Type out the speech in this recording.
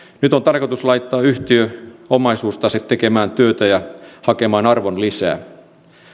nyt on tarkoitus laittaa yhtiöomaisuustase tekemään työtä ja hakemaan arvonlisää